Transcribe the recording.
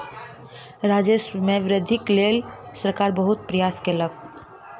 राजस्व मे वृद्धिक लेल सरकार बहुत प्रयास केलक